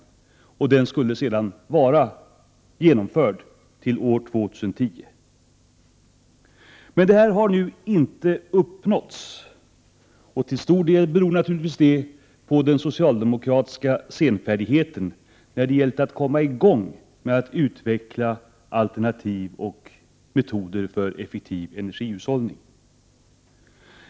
Den skulle sedan vara genomförd till år 2010. Målen har nu inte uppnåtts. Det beror till stor del på den socialdemokratiska senfärdigheten när det har gällt att komma i gång med att utveckla alternativ och metoder för effektiv energihushållning.